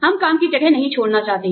हम काम की जगह नहीं छोड़ना चाहते हैं